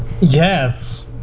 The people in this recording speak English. Yes